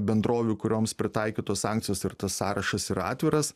bendrovių kurioms pritaikytos sankcijos ir tas sąrašas yra atviras